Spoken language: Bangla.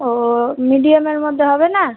ও মিডিয়ামের মধ্যে হবে না